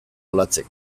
olatzek